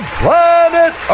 planet